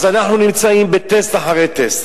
אז, אנחנו נמצאים בטסט אחרי טסט,